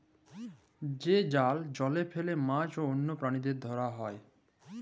যে জাল জলে ফেলে মাছ আর অল্য প্রালিদের ধরা হ্যয়